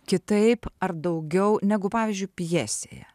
kitaip ar daugiau negu pavyzdžiui pjesėje